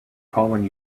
calling